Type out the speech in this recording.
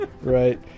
right